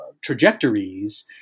trajectories